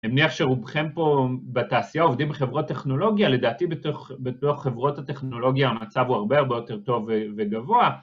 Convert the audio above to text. אני מניח שרובכם פה בתעשייה עובדים בחברות טכנולוגיה, לדעתי בתוך חברות הטכנולוגיה המצב הוא הרבה הרבה יותר טוב וגבוה.